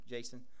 Jason